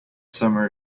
summer